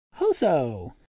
Hoso